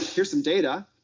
here's some data.